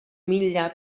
mila